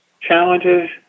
challenges